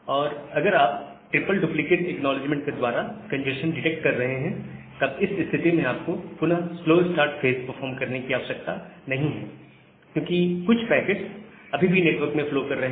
और अगर आप ट्रिपल डुप्लीकेट एक्नॉलेजमेंट के द्वारा कंजेस्शन डिटेक्ट कर रहे हैं तब इस स्थिति में आपको पुनः स्लो स्टार्ट फेज परफॉर्म करने की आवश्यकता नहीं है क्योंकि कुछ पैकेट अभी भी नेटवर्क में फ्लो कर रहे हैं